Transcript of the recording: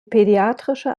pädiatrische